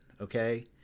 Okay